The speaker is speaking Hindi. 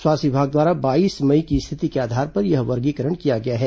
स्वास्थ्य विभाग द्वारा बाईस मई की स्थिति के आधार पर यह वर्गीकरण किया गया है